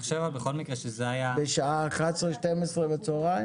בשעה 11, 12 בצהריים?